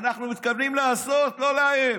אנחנו מתכוונים לעשות, לא לאיים,